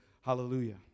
Hallelujah